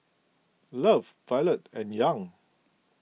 Love Violet and Young